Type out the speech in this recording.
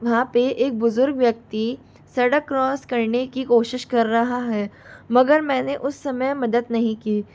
वहाँ पर एक बुजुर्ग व्यक्ति सड़क क्रॉस करने कि कोशिश कर रहा है मगर मैंने उस समय मदद नहीं की